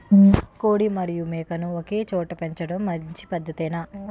కోడి మరియు మేక ను ఒకేచోట పెంచడం మంచి పద్ధతేనా?